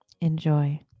Enjoy